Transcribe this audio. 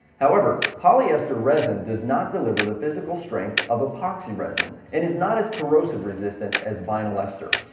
however polyester resin does not deliver the physical strength of epoxy resin and is not as corrosive resistant as vinyl ester.